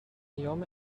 ایام